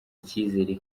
icyizere